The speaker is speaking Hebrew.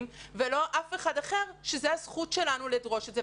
ולא אף אחד אחר שזאת הזכות שלנו לדרוש את זה.